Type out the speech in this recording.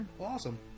Awesome